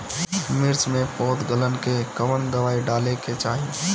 मिर्च मे पौध गलन के कवन दवाई डाले के चाही?